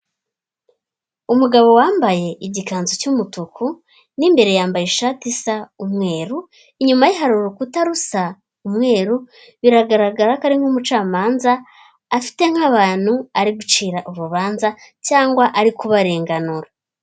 Umugabo wambaye igikanzu cy'umutuku, m'imbere yambaye ishati isa umweru, inyuma ye hari urukuta rusa umweru biragaragara ko ari nk'umucamanza, afite nk'abantu ari gucira urubanza cyangwa ari kubarenganura.